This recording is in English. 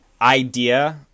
idea